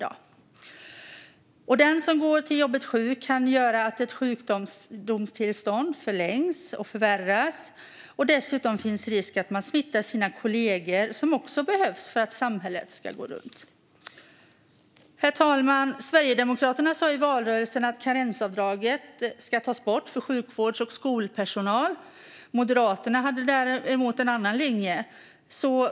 Att gå till jobbet sjuk kan göra att ett sjukdomstillstånd förlängs och förvärras, och dessutom finns risk att man smittar sina kollegor som också behövs för att samhället ska gå runt. Herr talman! Sverigedemokraterna sa i valrörelsen att karensavdraget ska tas bort för sjukvårds och skolpersonal. Moderaterna hade däremot en annan linje.